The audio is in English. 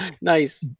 Nice